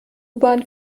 bahn